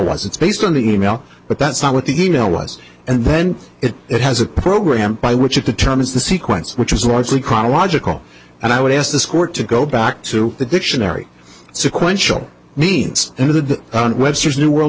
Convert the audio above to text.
was it's based on the email but that's not what the email was and then it it has a program by which it determines the sequence which is largely chronological and i would ask this court to go back to the dictionary sequential nene's into the webster's new world